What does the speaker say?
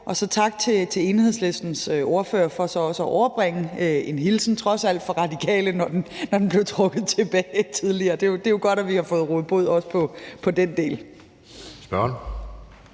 her. Tak til Enhedslistens ordfører for så også at overbringe en hilsen trods alt fra Radikale, når nu den blev trukket tilbage tidligere. Det er jo godt, at vi også har fået rådet bod på den del.